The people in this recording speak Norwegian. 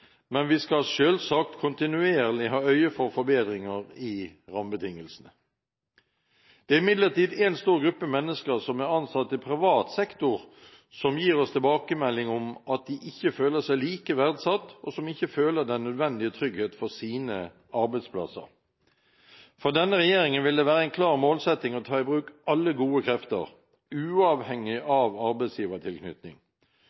men vi skal selvsagt kontinuerlig ha øye for forbedringer i rammebetingelsene. Det er imidlertid en stor gruppe mennesker som er ansatt i privat sektor, som gir oss tilbakemelding om at de ikke føler seg like verdsatt, og som ikke føler den nødvendige trygghet for sine arbeidsplasser. For denne regjeringen vil det være en klar målsetting å ta i bruk alle gode krefter, uavhengig